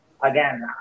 again